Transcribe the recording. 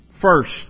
first